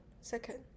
Second